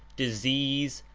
disease,